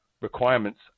requirements